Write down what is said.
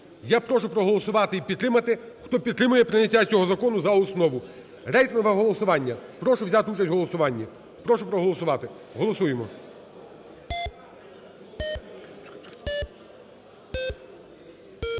Я прошу проголосувати і підтримати. Хто підтримує прийняття цього закону за основу? Рейтингове голосування. Прошу взяти участь в голосуванні. Прошу проголосувати. Голосуємо.